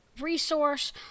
resource